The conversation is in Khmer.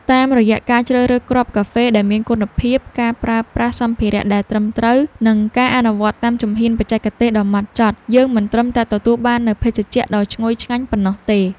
តាមរយៈការជ្រើសរើសគ្រាប់កាហ្វេដែលមានគុណភាព ការប្រើប្រាស់សម្ភារៈដែលត្រឹមត្រូវ និងការអនុវត្តតាមជំហានបច្ចេកទេសដ៏ម៉ត់ចត់ យើងមិនត្រឹមតែទទួលបាននូវភេសជ្ជៈដ៏ឈ្ងុយឆ្ងាញ់ប៉ុណ្ណោះទេ។